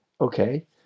Okay